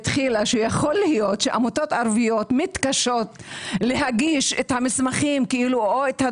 שיכול להיות שעמותות ערביות מתקשות להגיש את המסמכים יש